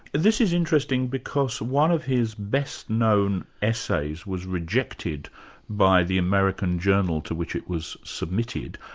this is interesting, because one of his best-known essays was rejected by the american journal to which it was submitted,